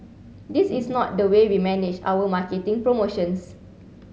this is not the way we manage our marketing promotions